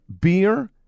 Beer